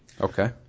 Okay